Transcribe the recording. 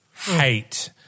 hate